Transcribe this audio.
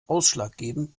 ausschlaggebend